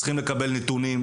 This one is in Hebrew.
צריכים לקבל נתונים,